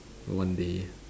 one day